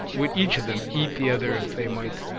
would each of them eat the other if they might.